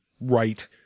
right